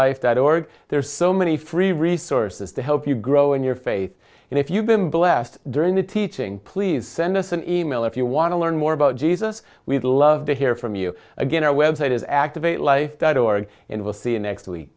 life that org there are so many free resources to help you grow in your faith and if you've been blessed during the teaching please send us an e mail if you want to learn more about jesus we'd love to hear from you again our website is active a life that org and we'll see you next week